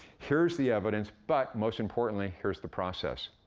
here's the evidence, but most importantly, here's the process.